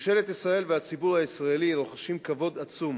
ממשלת ישראל והציבור הישראלי רוחשים כבוד עצום